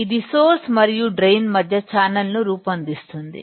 ఇది సోర్స్ మరియు డ్రైన్ మధ్య ఛానల్ను రూపొందిస్తుంది